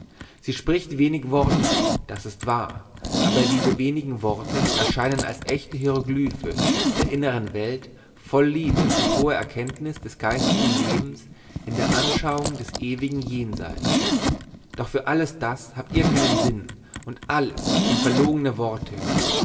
sie spricht wenig worte das ist wahr aber diese wenigen worte erscheinen als echte hieroglyphe der innern welt voll liebe und hoher erkenntnis des geistigen lebens in der anschauung des ewigen jenseits doch für alles das habt ihr keinen sinn und alles sind verlorne worte